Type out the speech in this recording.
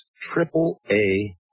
triple-A